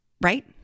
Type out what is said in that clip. Right